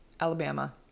Alabama